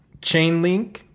Chainlink